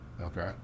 okay